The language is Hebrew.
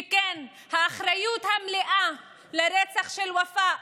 וכן, האחריות המלאה לרצח של ופאא